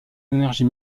énergie